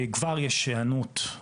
כבר אנחנו רואים שישנה היענות.